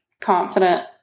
confident